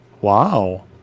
wow